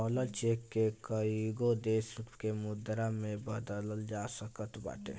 traveller cheque के कईगो देस के मुद्रा में बदलल जा सकत बाटे